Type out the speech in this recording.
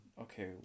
okay